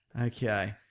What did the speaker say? Okay